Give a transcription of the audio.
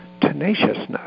tenaciousness